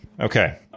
Okay